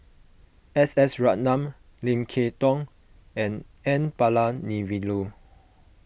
S S Ratnam Lim Kay Tong and N Palanivelu